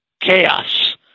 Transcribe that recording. chaos